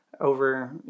over